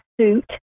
suit